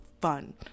fun